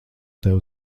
tev